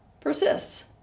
persists